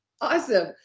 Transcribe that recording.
Awesome